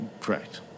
correct